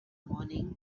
morning